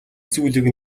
зүйлийг